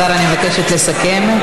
השר, אני מבקשת לסכם.